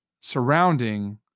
surrounding